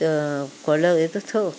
ಕೊಳ್ಳೆ ಎಂಥ ಥೂ